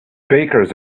bakers